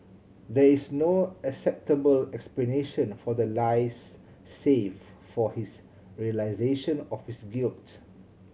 there is no acceptable explanation for the lies save for his realisation of his guilt